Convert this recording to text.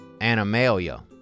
animalia